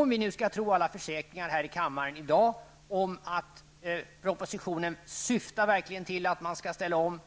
Om vi nu skall tro alla försäkringar här i kammaren i dag om att propositionen verkligen syftar till att man skall ställa om